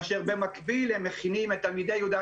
כאשר במקביל הם מכינים את תלמידי י"א,